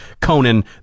Conan